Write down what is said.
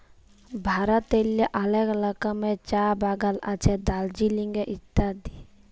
ভারতেল্লে অলেক রকমের চাঁ বাগাল আছে দার্জিলিংয়ে ইত্যাদি